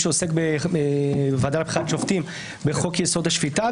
רק של הסעיף שעוסק בוועדה לבחירת שופטים בחוק-יסוד: השפיטה,